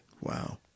Wow